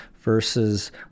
versus